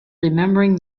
remembering